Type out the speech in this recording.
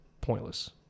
pointless